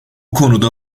konuda